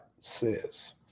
says